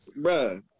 bro